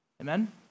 Amen